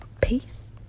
Peace